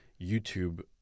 YouTube